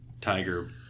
tiger